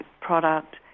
product